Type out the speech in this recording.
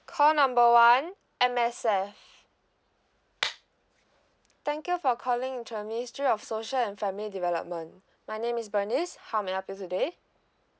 call number one M_S_F thank you for calling the ministry of social and family development my name is bernice how may I help you today